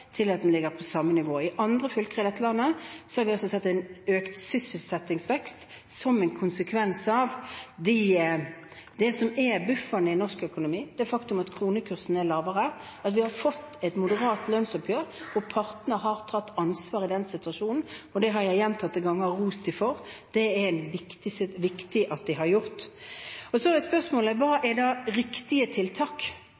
til at den ligger på samme nivå. I andre fylker i dette landet har vi sett en økt sysselsettingsvekst, som en konsekvens av det som er bufferen i norsk økonomi, nemlig det faktum at kronekursen er lavere, at vi har fått et moderat lønnsoppgjør, og at partene har tatt ansvar i denne situasjonen. Det har jeg gjentatte ganger rost dem for – det er det viktig at de har gjort. Så er spørsmålet: Hva er da riktige tiltak?